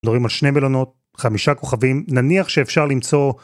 מדברים על שני מלונות, חמישה כוכבים, נניח שאפשר למצוא...